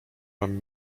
mam